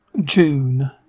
June